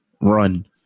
run